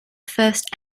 first